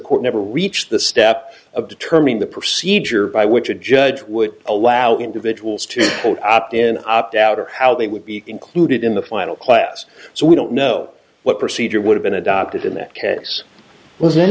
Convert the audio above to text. court never reached the step of determining the procedure which by should judge would allow individuals to opt in opt out or how they would be included in the final class so we don't know what procedure would have been adopted in that case was